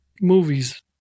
movies